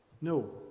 No